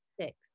Six